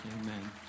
Amen